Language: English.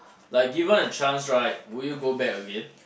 like given a chance right would you go back again